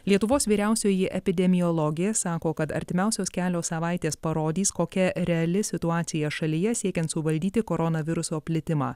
lietuvos vyriausioji epidemiologė sako kad artimiausios kelios savaitės parodys kokia reali situacija šalyje siekiant suvaldyti koronaviruso plitimą